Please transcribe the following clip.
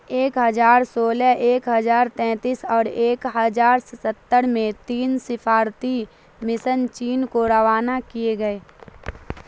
ایک ہزار سولہ ایک ہزار تینتیس اور ایک ہزار ستر میں تین سفارتی مسن چین کو روانہ کیے گئے